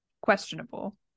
questionable